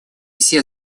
все